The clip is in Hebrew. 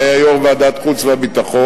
שהיה יושב-ראש ועדת החוץ והביטחון,